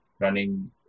running